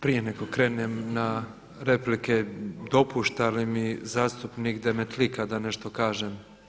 Prije nego krenem na replike dopušta li mi zastupnik Demetlika da nešto kažem?